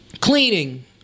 cleaning